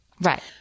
Right